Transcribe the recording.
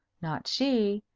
not she.